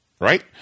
right